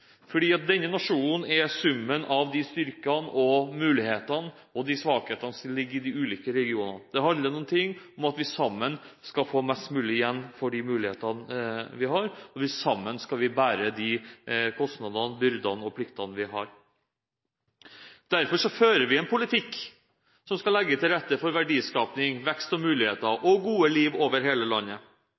fordi denne nasjonen er summen av styrkene, mulighetene og svakhetene i de ulike regionene. Det handler om at vi sammen skal få mest mulig igjen for mulighetene vi har, og sammen skal vi bære de kostnadene, byrdene og pliktene vi har. Derfor fører vi en politikk som skal legge til rette for verdiskaping, vekst, muligheter og godt liv over hele landet